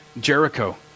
Jericho